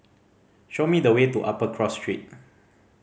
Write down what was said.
show me the way to Upper Cross Street